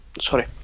sorry